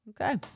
Okay